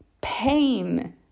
pain